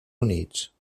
units